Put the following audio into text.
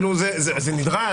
זה נדרש?